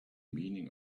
meaning